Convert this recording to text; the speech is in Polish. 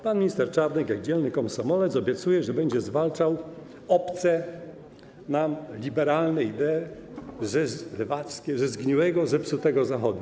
Pan minister Czarnek jak dzielny komsomolec obiecuje, że będzie zwalczał obce nam, liberalne idee, lewackie, ze zgniłego, zepsutego Zachodu.